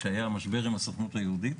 כשהיה המשבר עם הסוכנות היהודית,